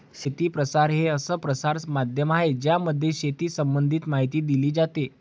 शेती प्रसार हे असं प्रसार माध्यम आहे ज्यामध्ये शेती संबंधित माहिती दिली जाते